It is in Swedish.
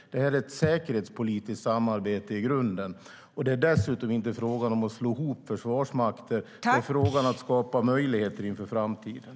Det är i grunden ett säkerhetspolitiskt samarbete. Det är därför som det inte är fråga om att slå ihop försvarsmakter. Frågan är att skapa möjligheter inför framtiden.